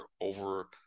over